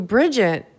Bridget